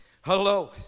hello